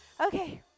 Okay